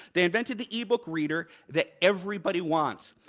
they invented the e book reader that everybody wants,